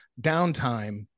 downtime